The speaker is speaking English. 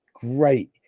great